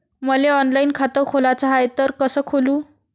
मले ऑनलाईन खातं खोलाचं हाय तर कस खोलू?